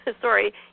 Sorry